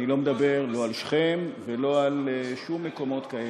אני לא מדבר לא על שכם ולא על שום מקומות כאלה,